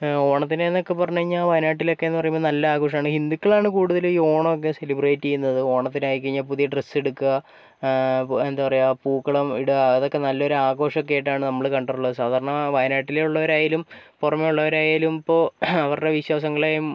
ഓണത്തിന് എന്നൊക്കെ പറഞ്ഞുകഴിഞ്ഞാൽ വയനാട്ടിലോക്കെന്നു പറയുമ്പോൾ നല്ല ആഘോഷമാണ് ഹിന്ദുക്കളാണ് കൂടുതൽ ഈ ഓണമൊക്കെ സെലിബ്രേറ്റ് ചെയ്യുന്നത് ഓണാത്തിനായിക്കഴിഞ്ഞാൽ പുതിയ ഡ്രെസ്സെടുക്കുക എന്താ പറയാ പൂക്കളമിടുക അതൊക്കെ നല്ലോരു ആഘോഷമൊക്കെയായിട്ടാണ് നമ്മൾ കണ്ടിട്ടുള്ളത് സാധാരണ വായനാട്ടിലുള്ളവരായാലും പുറമെയുള്ളവരായാലും ഇപ്പോൾ അവരുടെ വിശ്വാസങ്ങളേം